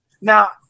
Now